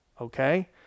okay